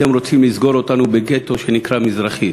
אתם רוצים לסגור אותנו בגטו שנקרא "מזרחית",